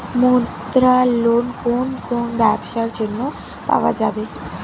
মুদ্রা লোন কোন কোন ব্যবসার জন্য পাওয়া যাবে?